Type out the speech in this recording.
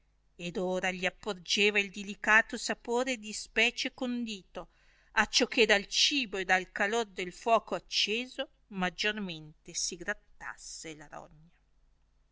ardesse ora gli apporgeva il dilicato sapore di specie condito acciò che dal cibo e dal calor del fuoco acceso maggiormente si grattasse la rogna